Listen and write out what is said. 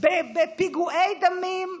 בפיגועי דמים.